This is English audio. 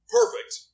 perfect